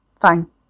Fine